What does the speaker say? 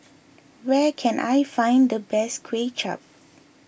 where can I find the best Kway Chap